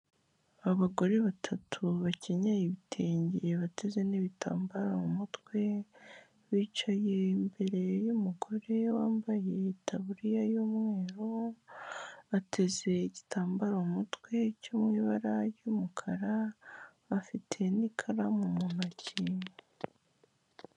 Abagore batatu bakenye ibitenge bateze n'ibitambaro mu mutwe bicaye imbere y'umugore wambaye taburiya y'umweru bateze igitambaro umutwe cyo mu ibara ry'umukara bafite n'ikaramu mu ntoki.